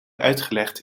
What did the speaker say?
uitgelegd